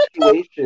situation